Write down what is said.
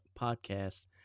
Podcast